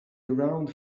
around